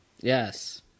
Yes